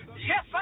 yes